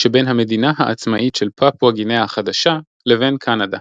שבין המדינה העצמאית של פפואה גינאה החדשה לבין קנדה.